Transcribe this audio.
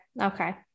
Okay